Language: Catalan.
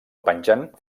penjant